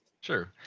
Sure